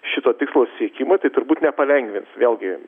šito tikslo siekimui tai turbūt nepalengvins vėlgi